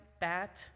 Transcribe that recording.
bat